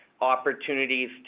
opportunities